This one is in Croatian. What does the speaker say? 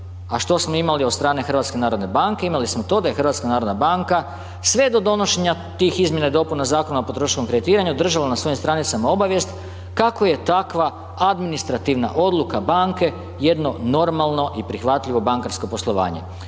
A što smo imali od strane Hrvatske narodne banke? Imali smo to da je HNB sve do donošenja tih izmjena i dopuna Zakonu o potrošačku kreditiranju, držala na svojim stranicama obavijest kako je takva administrativna odluka banke, jedno normalno i prihvatljivo bankarsko poslovanje.